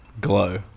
glow